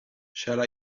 shall